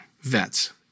vets